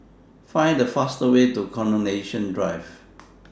Find The fastest Way to Coronation Drive